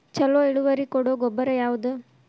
ಛಲೋ ಇಳುವರಿ ಕೊಡೊ ಗೊಬ್ಬರ ಯಾವ್ದ್?